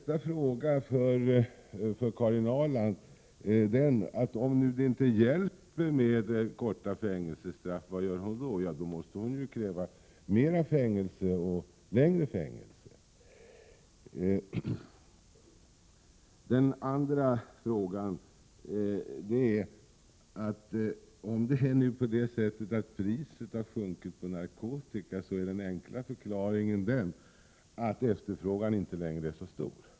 Vad gör då Karin Ahrland om det nu inte hjälper med korta fängelsestraff? Då måste hon ju kräva längre fängelsestraff. Den andra sak jag fäste mig vid var det Jerry Martinger sade om att priset på narkotika har sjunkit. Om nu priset på narkotika har sjunkit, är den enkla förklaringen att efterfrågan inte är så stor.